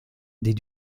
des